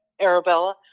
Arabella